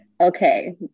Okay